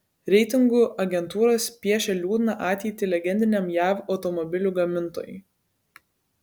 reitingų agentūros piešia liūdną ateitį legendiniam jav automobilių gamintojui